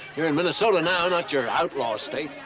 you're in minnesota now, not your outlaw state.